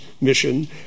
mission